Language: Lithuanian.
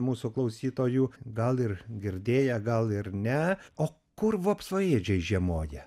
mūsų klausytojų gal ir girdėję gal ir ne o kur vapsvaėdžiai žiemoja